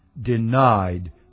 denied